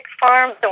farms